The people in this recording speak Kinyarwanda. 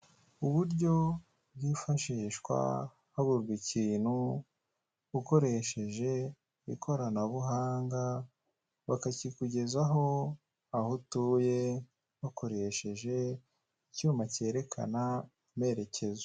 Uburyo bwifashishwa babumba ikintu ukoresheje ikoranabuhanga bakakikugezaho aho utuye bakoresheje icyuma kerekana amerekezo